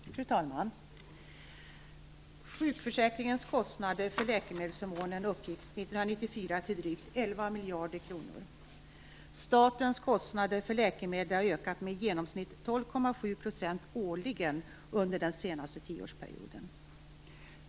Fru talman! Sjukförsäkringens kostnader för läkemedelsförmånen uppgick 1994 till drygt 11 miljarder kronor. Statens kostnader för läkemedel har årligen ökat med i genomsnitt 12,7 % under den senaste tioårsperioden.